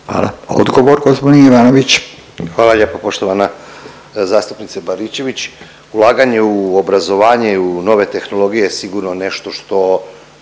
**Ivanović, Goran (HDZ)** Hvala lijepa poštovana zastupnice Baričević. Ulaganje u obrazovanje i u nove tehnologije sigurno je nešto što